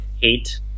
hate